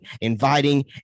inviting